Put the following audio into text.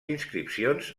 inscripcions